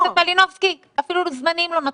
אפילו לזמניים לא נותנים.